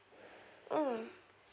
mm